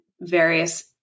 various